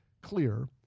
clear